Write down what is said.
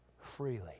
freely